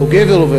או "גבר עובד",